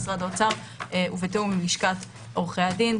משרד האוצר ובתיאום לשכת עורכי הדין.